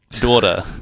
daughter